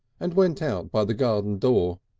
and went out by the garden door.